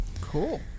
cool